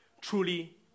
truly